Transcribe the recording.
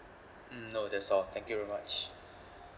mm no that's all thank you very much